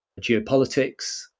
geopolitics